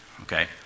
okay